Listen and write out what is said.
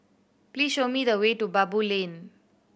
please show me the way to Baboo Lane